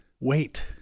Wait